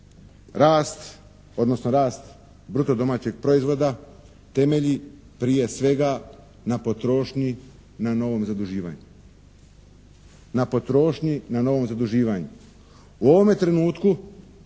rast, odnosno rast bruto domaćeg proizvoda temelji prije svega na potrošnji, na novom zaduživanju. Na potrošnji na novom zaduživanju. U ovome trenutku